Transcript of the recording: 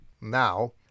Now